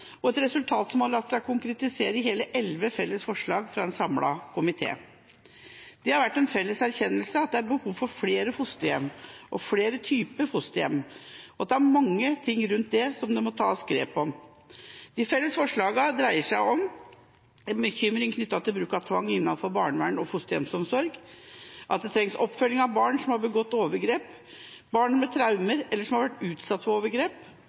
og et resultat som har latt seg konkretisere i hele elleve felles forslag fra en samlet komité. Det har vært en felles erkjennelse at det er behov for flere fosterhjem og flere typer fosterhjem, og at det er mange ting rundt det som det må tas grep om. De felles forslagene dreier seg om en bekymring knyttet til bruken av tvang innenfor barnevern og fosterhjemsomsorg at det trengs oppfølging av barn som har begått overgrep, barn med traumer eller som har vært utsatt for overgrep